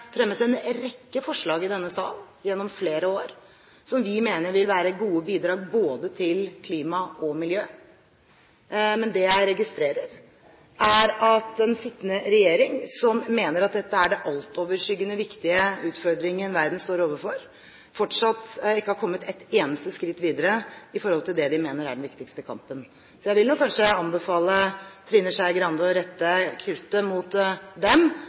fremmet en rekke forslag i denne sal gjennom flere år som vi mener vil være gode bidrag både til klima og miljø, men det jeg registrerer, er at den sittende regjering, som mener at dette er den altoverskyggende viktige utfordringen verden står overfor, fortsatt ikke har kommet et eneste skritt videre i forhold til det de mener er den viktigste kampen. Så jeg vil nok kanskje anbefale Trine Skei Grande å rette kruttet mot dem